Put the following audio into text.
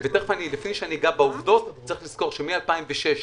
ולפני שאני אגע בעובדות צריך לזכור שמ-2006,